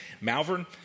Malvern